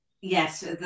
Yes